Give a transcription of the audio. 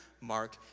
Mark